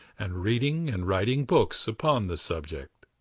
and reading and writing books upon the subject.